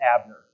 Abner